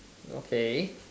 okay